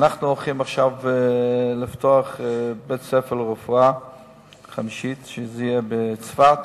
אנחנו ערוכים עכשיו לפתוח בית-ספר לרפואה חמישי בצפת.